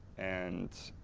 and